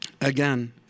again